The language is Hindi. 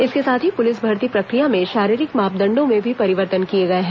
इसके साथ ही पुलिस भर्ती प्रक्रिया में शारीरिक मापदंडों में भी परिवर्तन किए गए हैं